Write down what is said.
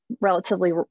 relatively